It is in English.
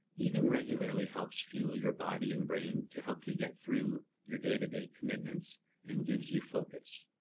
eating regularly helps fuel your body and brain to help you get through your day-to-day commitments and gives you focus.